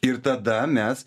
ir tada mes